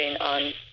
on